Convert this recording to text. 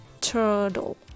turtle